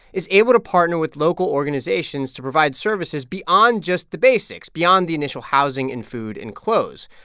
is able to partner with local organizations to provide services beyond just the basics, beyond the initial housing and food and clothes.